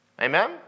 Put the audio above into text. Amen